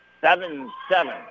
Seven-seven